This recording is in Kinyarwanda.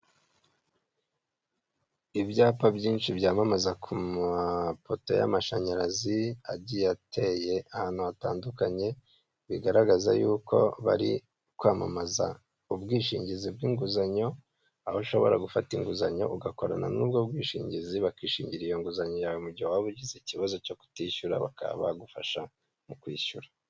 Ibyapa byinshi byamamaza ku mapoto y'amashanyarazi agiye ateye ahantu hatandukanye, bigaragaza y'uko bari kwamamaza ubwishingizi bw'inguzanyo aho ushobora gufata inguzanyo ugakorana n'ubwo bwishingizi bakishingira iyo nguzanyo yawe mu gihe waba ugize ikibazo cyo kutishyura bakaba bagufasha mu kwishyura.